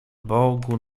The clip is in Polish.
bogu